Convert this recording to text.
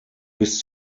bis